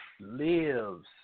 lives